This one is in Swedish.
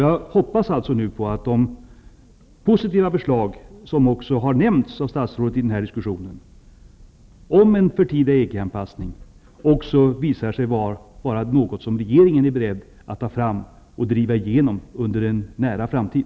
Jag hoppas att de positiva förslag som har nämnts av statsrådet i den här diskussionen om en förtida EG-anpassning också visar sig vara något som regeringen är beredd att driva igenom under en nära framtid.